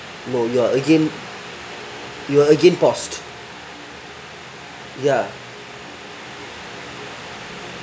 no you are again you are again paused ya